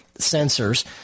sensors